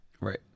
Right